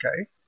okay